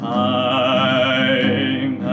time